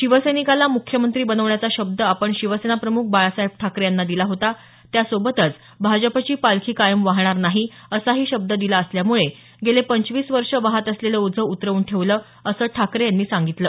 शिवसैनिकाला मुख्यमंत्री बनवण्याचा शब्द आपण शिवसेनाप्रमुख बाळासाहेब ठाकरे यांना दिला होता त्याचसोबत भाजपची पालखी कायम वाहणार नाही असाही शब्द दिला असल्यामुळे गेले पंचवीस वर्ष वाहत असलेलं ओझं उतरवून ठेवलं असं ठाकरे यांनी सांगितलं